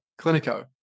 Clinico